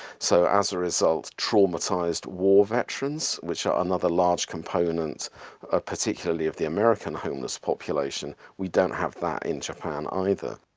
so as a result, traumatized war veterans, which are another large component ah particularly of the american homeless population we don't have that in japan either.